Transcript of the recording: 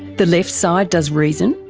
the left side does reason,